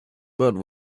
but